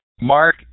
Mark